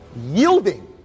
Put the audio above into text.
Yielding